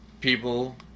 people